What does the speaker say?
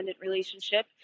relationship